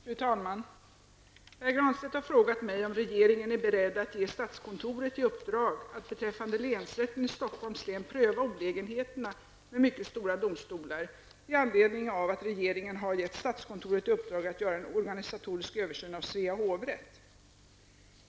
Fru talman! Pär Granstedt har frågat mig om regeringen är beredd att ge statskontoret i uppdrag att beträffande länsrätten i Stockholms län pröva olägenheterna med mycket stora domstolar i anledning av att regeringen har gett statskontoret i uppdrag att göra en organisatorisk översyn av Svea hovrätt.